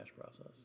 process